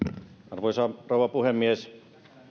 arvoisa rouva puhemies